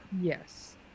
Yes